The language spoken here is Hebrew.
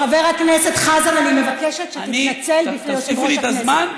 ביישת את הבית הזה.